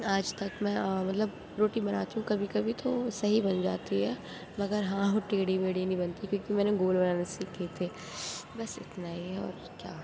آج تک میں مطلب روٹی بناتی ہوں کبھی کبھی تو صحیح بن جاتی ہے مگر ہاں وہ ٹیڑھی میڑھی نہیں بنتی کیوںکہ میں نے گول بنانا سیکھ لی تھی بس اتنا ہی ہے اور کیا